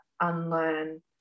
unlearn